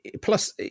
plus